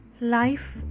Life